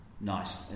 nice